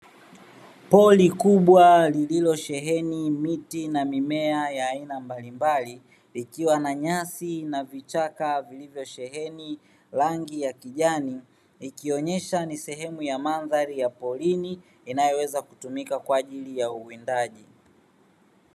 Pori kubwa lililosheheni miti na mimea ya aina mbalimbali, likiwa na nyasi na vichaka vilivyosheheni rangi ya kijani. Ikionyesha ni sehemu ya mandhari ya porini inayoweza kutumika kwa ajili ya uwindaji.